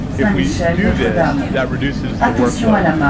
if we do this, that reduces the workload.